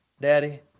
Daddy